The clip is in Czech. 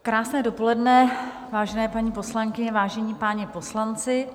Krásné dopoledne, vážené paní poslankyně, vážení páni poslanci.